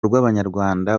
rw’abanyarwanda